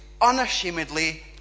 unashamedly